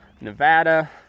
Nevada